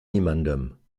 niemandem